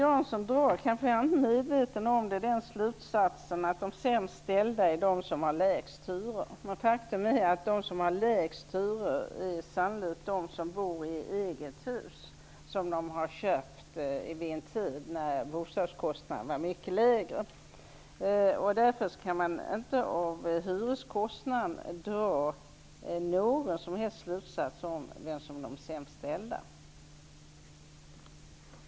Fru talman! Arne Jansson drar den slutsatsen att de sämst ställda är de som har lägst hyra. Han är kanske inte medveten om det. Faktum är att de som har lägst hyra sannolikt är de som bor i eget hus som de har köpt vid en tidpunkt när bostadskostnaderna var mycket lägre. Därför kan man inte dra någon som helst slutsats om vilka som är de sämst ställda genom att titta på hyreskostnaderna.